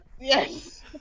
yes